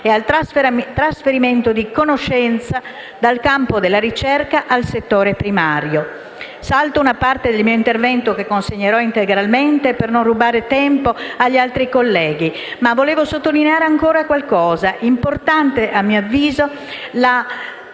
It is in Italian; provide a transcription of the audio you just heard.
e al trasferimento di conoscenza dal campo della ricerca al settore primario. Salto una parte del mio intervento, che consegnerò agli atti, per non rubare tempo agli altri colleghi, ma voglio sottolineare ancora qualcosa. È importante - a mio avviso - la